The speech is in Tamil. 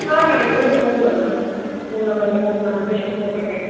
ஆ நம்ம எப்பவுமே போடுவோம் மேம் ஃபோன் நம்பரில் போட்டு நான் மெம்பர்ஷிப் போட்டுருக்கேன்